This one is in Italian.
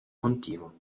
continuo